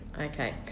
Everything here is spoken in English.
Okay